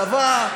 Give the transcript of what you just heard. צבא,